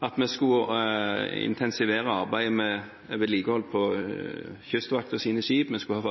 at vi skulle intensivere arbeidet med vedlikehold på Kystvaktens skip, vi skulle